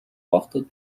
porte